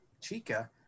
Chica